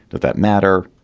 that that matter?